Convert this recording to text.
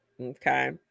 Okay